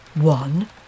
One